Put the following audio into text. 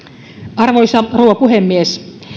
arvoisa rouva puhemies